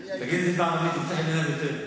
תגיד את זה בערבית, זה ימצא חן בעיניו יותר.